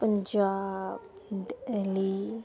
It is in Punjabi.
ਪੰਜਾਬ ਅਲੀ